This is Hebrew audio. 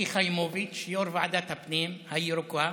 יושבת-ראש ועדת הפנים הירוקה,